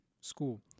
school